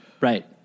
right